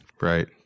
Right